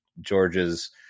George's